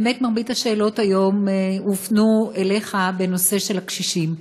באמת מרבית השאלות היום הופנו אליך בנושא של הקשישים.